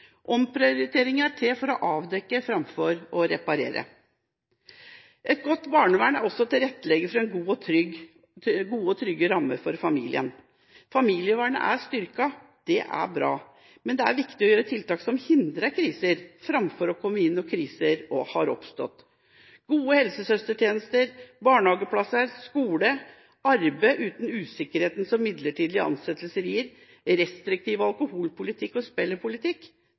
Omprioriteringer er til for å avdekke framfor å reparere. Et godt barnevern er også å tilrettelegge for gode og trygge rammer for familien. Familievernet er styrket, og det er bra. Men det er viktig å gjøre tiltak som hindrer kriser, framfor å komme inn når kriser har oppstått. Gode helsesøstertjenester, barnehageplasser, skole, arbeid uten usikkerheten som midlertidige ansettelser gir, restriktiv alkoholpolitikk og